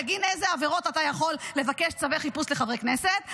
בגין איזה עבירות אתה יכול לבקש צווי חיפוש לחברי כנסת?